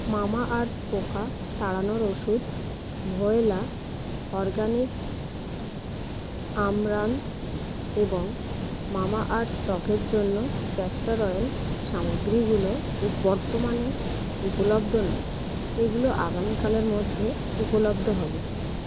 Mamaearth পোকা তাড়ানোর ওষুধ ভয়লা অর্গ্যানিক আমরান্থ এবং মামাআর্থ ত্বকের জন্য ক্যাস্টর অয়েল সামগ্রীগুলো উপ বর্তমানে উপলব্ধ নয় এগুলো আগামীকালের মধ্যে উপলব্ধ হবে